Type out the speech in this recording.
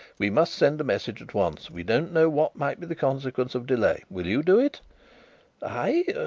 we must send a message at once we don't know what might be the consequences of delay. will you do it i!